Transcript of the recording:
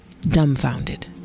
dumbfounded